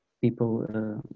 people